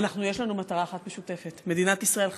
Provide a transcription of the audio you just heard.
יש לנו מטרה אחת משותפת: מדינת ישראל חזקה,